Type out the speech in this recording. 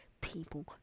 people